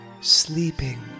sleeping